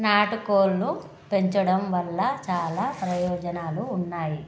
నాటు కోళ్ళు పెంచడం వల్ల చాలా ప్రయోజనాలు ఉన్నాయి